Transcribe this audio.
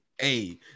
hey